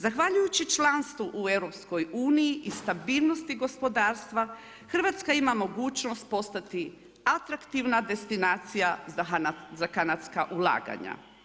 Zahvaljujući članstvu u EU-u i stabilnosti gospodarstva, Hrvatska ima mogućnost postati atraktivna destinacija za kanadska ulaganja.